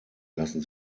lassen